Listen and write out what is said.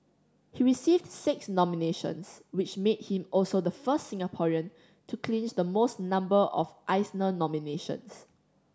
he received six nominations which made him also the first Singaporean to clinch the most number of Eisner nominations